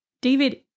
David